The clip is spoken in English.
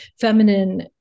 feminine